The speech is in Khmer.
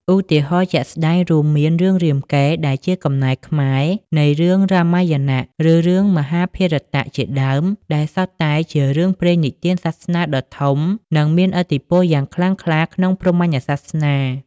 ឧទាហរណ៍ជាក់ស្ដែង រួមមានរឿង រាមកេរ្តិ៍ ដែលជាកំណែខ្មែរនៃរឿងរាមាយណៈ ឬរឿង មហាភារតៈ ជាដើម ដែលសុទ្ធតែជារឿងព្រេងនិទានសាសនាដ៏ធំ និងមានឥទ្ធិពលយ៉ាងខ្លាំងក្លាក្នុងព្រហ្មញ្ញសាសនា។